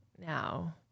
now